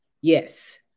yes